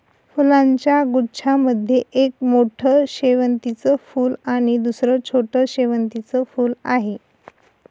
फुलांच्या गुच्छा मध्ये एक मोठं शेवंतीचं फूल आणि दुसर छोटं शेवंतीचं फुल आहे